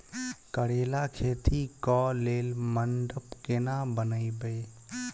करेला खेती कऽ लेल मंडप केना बनैबे?